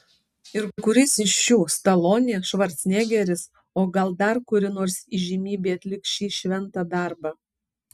ir kuris iš šių stalonė švarcnegeris o gal dar kuri nors įžymybė atliks šį šventą darbą